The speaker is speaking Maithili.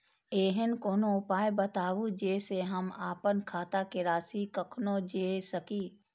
ऐहन कोनो उपाय बताबु जै से हम आपन खाता के राशी कखनो जै सकी?